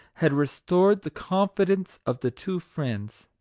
had restored the confidence of the two friends.